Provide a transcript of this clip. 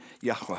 Yahweh